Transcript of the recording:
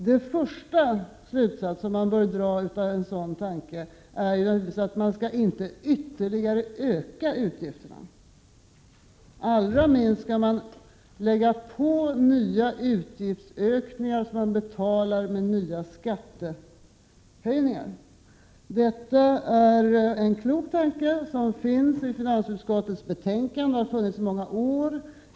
Den första slutsatsen man bör dra av en sådan tanke är naturligtvis att man inte ytterligare skall öka utgifterna. Allra minst skall man lägga på nya utgiftsökningar som man betalar med nya skattehöjningar. Detta är en klok tanke som finns i finansutskottets betänkande och har funnits i många år.